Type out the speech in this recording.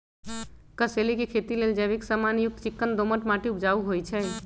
कसेलि के खेती लेल जैविक समान युक्त चिक्कन दोमट माटी उपजाऊ होइ छइ